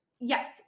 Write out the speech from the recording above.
Yes